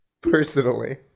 personally